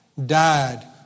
died